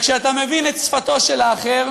כשאתה מבין את שפתו של האחר